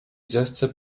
zechce